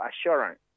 assurance